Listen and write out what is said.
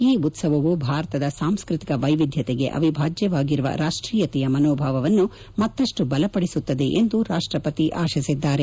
ಈ ಉತ್ತವವು ಭಾರತದ ಸಾಂಸ್ಟ್ರತಿಕ ವೈವಿಧ್ಯತೆಗೆ ಅವಿಭಾಜ್ಯವಾಗಿರುವ ರಾಷ್ಟೀಯತೆಯ ಮನೋಭಾವವನ್ನು ಮತ್ತಪ್ಪು ಬಲಪಡಿಸುತ್ತದೆ ಎಂದು ರಾಷ್ಟಪತಿ ಆಶಿಸಿದ್ದಾರೆ